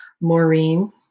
Maureen